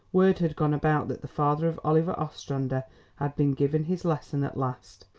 word had gone about that the father of oliver ostrander had been given his lesson at last,